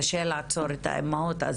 קשה לעצור את האימהות...